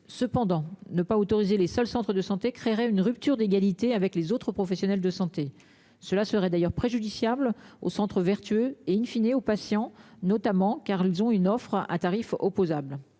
cependant ne pas autoriser les seuls centres de santé créerait une rupture d'égalité avec les autres professionnels de santé, cela serait d'ailleurs préjudiciable au Centre vertueux et in fine et aux patients, notamment car elles ont une offre à tarif opposable